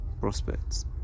Prospects